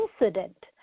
incident